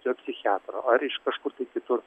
jo psichiatro ar iš kažkur kitur